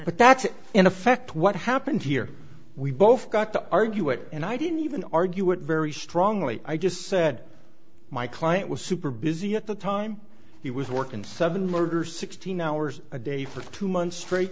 but that's in effect what happened here we both got to argue it and i didn't even argue it very strongly i just said my client was super busy at the time he was working seven murder sixteen hours a day for two months straight